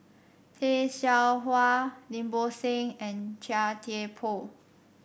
Tay Seow Huah Lim Bo Seng and Chia Thye Poh